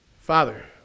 Father